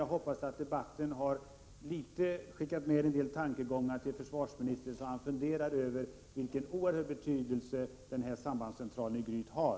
Jag hoppas emellertid att vi genom debatten har skickat med några tankegångar till försvarsministern, så att han funderar över vilken oerhörd betydelse sambandscentralen i Gryt har.